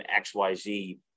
XYZ